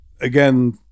Again